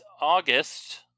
August